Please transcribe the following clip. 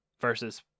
versus